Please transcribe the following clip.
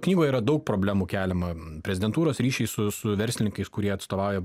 knygoje yra daug problemų keliama prezidentūros ryšiai su su verslininkais kurie atstovauja